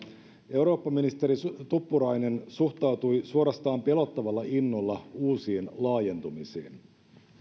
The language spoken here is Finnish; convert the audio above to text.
eurooppaministeri tuppurainen suhtautui suorastaan pelottavalla innolla uusiin laajentumisiin